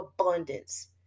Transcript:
abundance